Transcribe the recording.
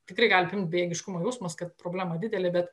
tikrai gali apimt bejėgiškumo jausmas kad problema didelė bet